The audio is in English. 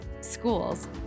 schools